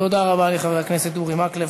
תודה רבה לחבר הכנסת מקלב.